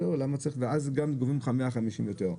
ואז גם גובים ממך 150 יותר,